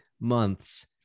months